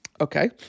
Okay